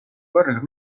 korraga